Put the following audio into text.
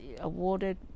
awarded